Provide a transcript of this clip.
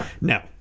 Now